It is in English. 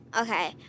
Okay